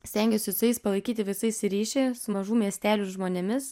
stengiuosi su jais palaikyti visais ryšį su mažų miestelių žmonėmis